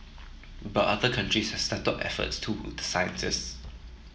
but other countries has stepped up efforts to woo the scientists